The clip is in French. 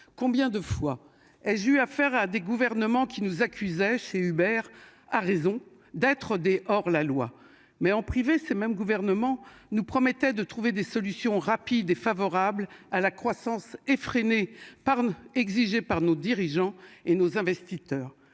Combien de fois et j'ai eu à faire à des gouvernements qui nous accusait chez Hubert à raison d'être des hors la loi mais en privé, ce même gouvernement nous promettait de trouver des solutions rapides et favorable à la croissance effrénée pardon exigé par nos dirigeants et nos investisseurs